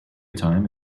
time